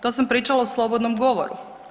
To sam pričala u slobodnom govoru.